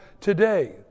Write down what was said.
today